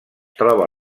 troba